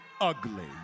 ugly